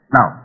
Now